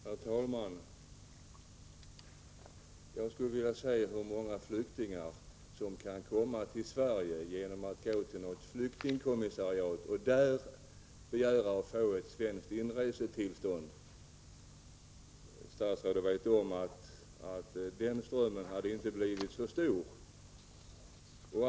Herr talman! Jag skulle vilja se hur många flyktingar som kan komma till Sverige genom att gå till ett flyktingkommissariat och där begära att få svenskt inresetillstånd. Statsrådet vet om att flyktingströmmen den vägen inte hade blivit särskilt stor.